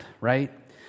right